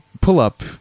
pull-up